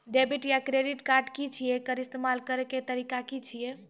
Debit या credit card की छियै? एकर इस्तेमाल करैक तरीका की छियै?